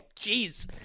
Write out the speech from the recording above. Jeez